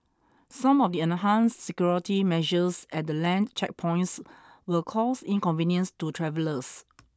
some of the enhanced security measures at the land checkpoints will cause inconvenience to travellers